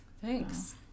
Thanks